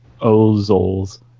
Ozol's